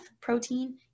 protein